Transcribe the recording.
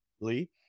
Lee